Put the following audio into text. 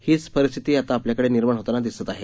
हीच परिस्थिती आता आपल्याकडे निर्माण होतांना दिसत आहे